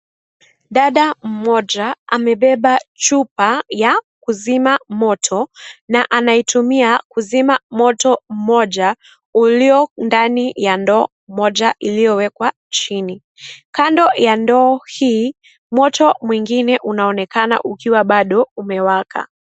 Dada mmoja amebeba chupa ya kuzima moto na anaitumia kuzima moto mmoja ulio ndani ya ndoo moja iliyowekwa chini kando ya ndoo hii moto mwingine junaonekana ukiwa bado umewaka.